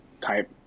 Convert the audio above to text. type